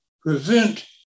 prevent